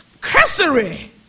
cursory